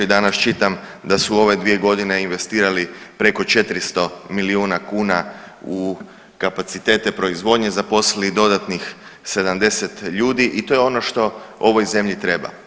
I danas čitam da su u ove dvije godine investirali preko 400 milijuna kuna u kapacitete proizvodnje, zaposlili dodatnih 70 ljudi i to je ono što ovoj zemlji treba.